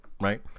Right